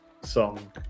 song